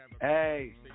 Hey